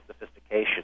sophistication